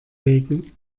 legen